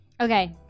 okay